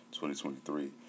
2023